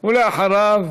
ואחריו,